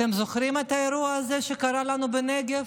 אתם זוכרים את האירוע הזה שקרה לנו בנגב?